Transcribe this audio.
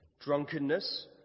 drunkenness